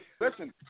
Listen